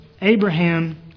Abraham